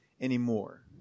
anymore